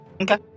Okay